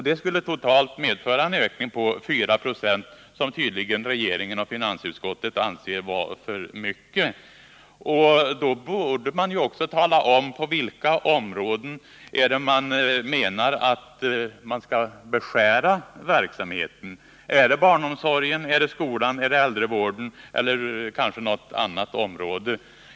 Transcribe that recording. Det skulle totalt medföra en ökning på 4 26, något som tydligen regeringen och finansutskottet anser vara för mycket. Då borde man också tala om på vilka områden man anser att kommunerna skall beskära verksamheten. Är det barnomsorgen, är det skolan, är det äldrevården eller något annat område?